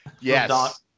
Yes